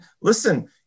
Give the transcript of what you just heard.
listen